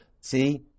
See